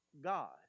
God